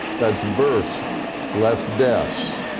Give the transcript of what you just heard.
that's births less deaths.